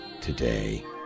today